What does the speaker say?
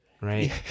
right